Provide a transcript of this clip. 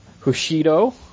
Hushido